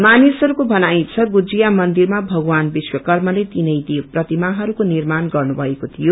मानिसहस्को भनाई छ गुडिघा मन्दिरमा भगवान विश्वकर्मले तीनै देव प्रतिमाहस्को निर्माण गन्नुभएको तीयो